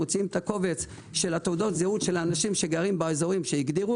מוציאים את הקובץ של תעודות הזהות של אנשים שגרים באזורים שהגדירו